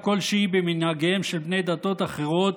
כלשהי במנהגיהם של בני דתות אחרות,